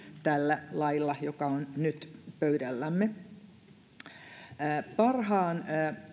tällä lailla joka on nyt pöydällämme mielestäni parhaan